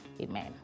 Amen